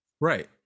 right